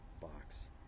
box